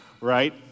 right